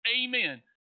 Amen